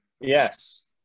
yes